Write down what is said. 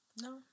No